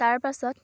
তাৰ পাছত